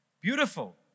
Beautiful